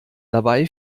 dabei